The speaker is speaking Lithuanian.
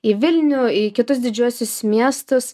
į vilnių į kitus didžiuosius miestus